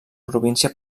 província